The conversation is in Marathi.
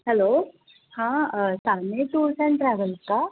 हॅलो हां साने टूर्स अँड ट्रॅव्हल का